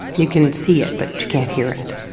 you can see it, but you can't hear it.